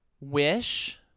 Wish